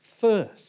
first